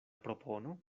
propono